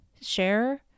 share